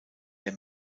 der